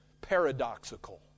paradoxical